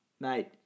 Mate